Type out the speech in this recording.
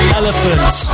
elephants